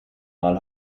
mal